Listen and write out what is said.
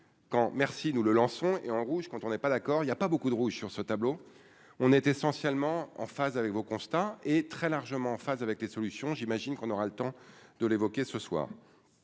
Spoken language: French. quand merci nous le lançons et en rouge quand on n'est pas d'accord, il y a pas beaucoup de rouge sur ce tableau, on est essentiellement en phase avec vos constats et très largement en phase avec les solutions, j'imagine qu'on aura le temps de l'évoquer ce soir